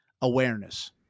Awareness